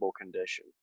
condition